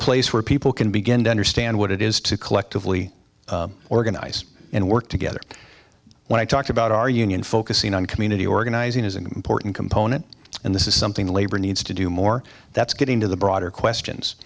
place where people can begin to understand what it is to collectively organize and work together when i talk about our union focusing on community organizing is an important component and this is something labor needs to do more that's getting to the broader questions